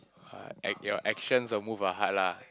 !waht! at your actions will move her heart lah